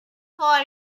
for